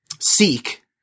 seek